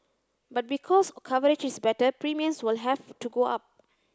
but because coverage is better premiums will have to go up